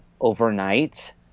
overnight